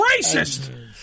racist